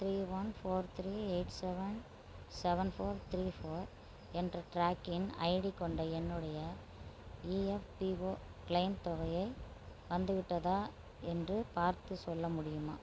three one four three eight seven seven four three four என்ற tracking ID கொண்ட என்னுடைய EPFO claim தொகையை வந்துவிட்டதா என்று பார்த்து சொல்ல முடியுமா